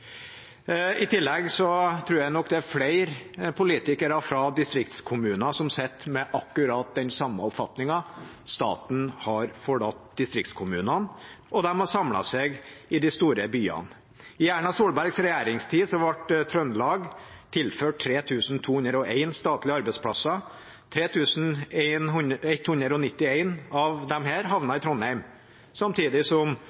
I tillegg tror jeg nok det er flere politikere fra distriktskommuner som sitter med akkurat den samme oppfatningen. Staten har forlatt distriktskommunene, og de har samlet seg i de store byene. I Erna Solbergs regjeringstid ble Trøndelag tilført 3 201 statlige arbeidsplasser.